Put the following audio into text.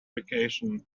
vacation